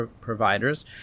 providers